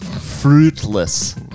Fruitless